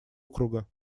округа